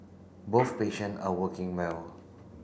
both patient are working well